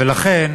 ולכן,